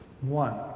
One